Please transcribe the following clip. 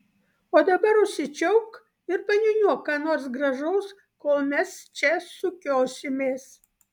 o dabar užsičiaupk ir paniūniuok ką nors gražaus kol mes čia sukiosimės